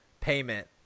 payment